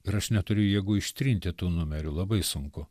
ir aš neturiu jėgų ištrinti tų numerių labai sunku